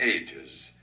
ages